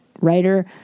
writer